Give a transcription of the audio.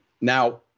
Now